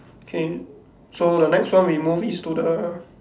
K so the next one we move is to the